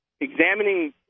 examining